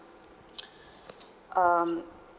um